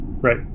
right